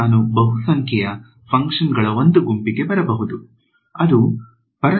ಮತ್ತು ನಾನು ಬಹುಸಂಖ್ಯೆಯ ಫಂಕ್ಷನ್ಗಳ ಒಂದು ಗುಂಪಿಗೆ ಬರಬಹುದು ಅದು ಪರಸ್ಪರ ಆರ್ಥೋಗೋನಲ್ ಆಗಿರುತ್ತದೆ